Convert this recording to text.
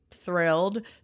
thrilled